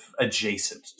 Adjacent